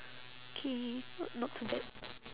okay not not too bad